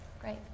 Great